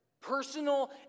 Personal